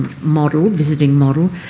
model, visiting model,